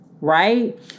Right